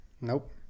Nope